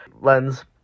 lens